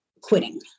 quitting